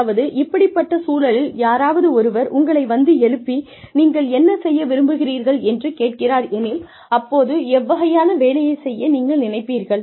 அதாவது இப்படிப்பட்ட சூழலில் யாராவது ஒருவர் உங்களை வந்து எழுப்பி நீங்கள் என்ன செய்ய விரும்புகிறீர்கள் என்று கேட்கிறார் எனில் அப்போது எவ்வகையான வேலையை செய்ய நீங்கள் நினைப்பீர்கள்